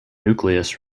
nucleus